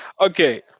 Okay